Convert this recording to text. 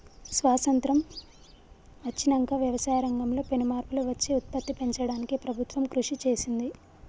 స్వాసత్రం వచ్చినంక వ్యవసాయ రంగం లో పెను మార్పులు వచ్చి ఉత్పత్తి పెంచడానికి ప్రభుత్వం కృషి చేసింది